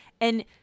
and-